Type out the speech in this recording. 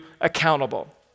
accountable